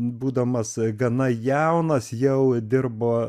būdamas gana jaunas jau dirbo